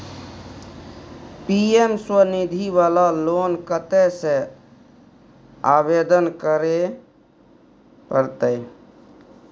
PM Svanidhi वाला loan कत्ते से आवेदन करे परतै?